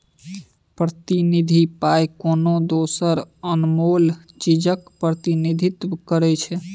प्रतिनिधि पाइ कोनो दोसर अनमोल चीजक प्रतिनिधित्व करै छै